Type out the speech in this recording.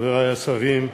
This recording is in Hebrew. חברי השרים,